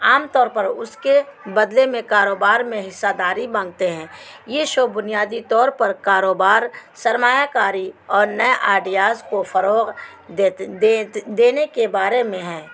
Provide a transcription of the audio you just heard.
عام طور پر اس کے بدلے میں کاروبار میں حصہ داری مانگتے ہیں یہ شو بنیادی طور پر کاروبار سرمایہ کاری اور نئے آئیڈیاز کو فروغ دیتے دینے کے بارے میں ہیں